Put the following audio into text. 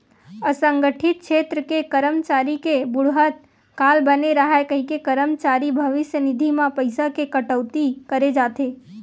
असंगठित छेत्र के करमचारी के बुड़हत काल बने राहय कहिके करमचारी भविस्य निधि म पइसा के कटउती करे जाथे